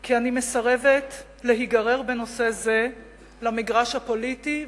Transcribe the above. כי אני מסרבת להיגרר בנושא זה למגרש הפוליטי,